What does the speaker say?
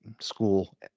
school